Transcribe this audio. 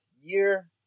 year